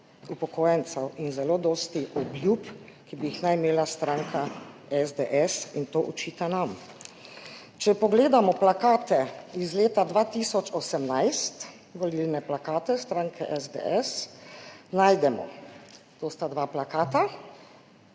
upokojencev in zelo dosti obljub, ki bi jih naj imela stranka SDS, in to očita nam. Če pogledamo plakate iz leta 2018, volilne plakate stranke SDS, najdemo, to sta dva plakata/